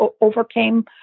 overcame